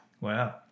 Wow